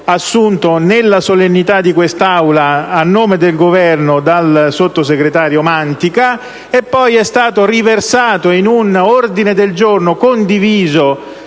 assunto nella solennità di questa Aula a nome del Governo dal sottosegretario Mantica e poi è stato riversato in un ordine del giorno condiviso